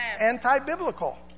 Anti-biblical